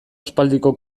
aspaldiko